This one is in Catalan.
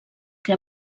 que